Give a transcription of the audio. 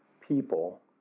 people